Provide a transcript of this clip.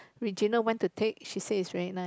Regina went to take she says is very nice